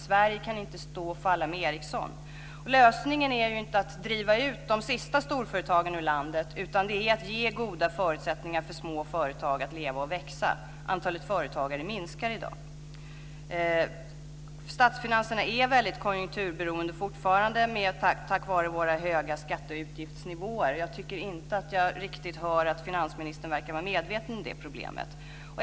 Sverige kan inte stå och falla med Ericsson. Lösningen är inte att driva ut de sista storföretagen ur landet utan att ge goda förutsättningar för små företag att leva och växa. Antalet företagare minskar i dag. Statsfinanserna är fortfarande väldigt konjunkturberoende på grund av våra höga skatte och utgiftsnivåer. Jag tycker inte att jag riktigt hör att finansministern verkar vara medveten om det problemet.